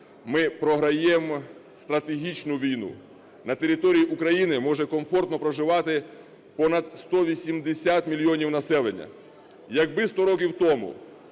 ми програємо стратегічну війну. На території України може комфортно проживати понад 180 мільйонів населення. Якби 100 років тому